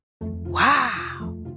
Wow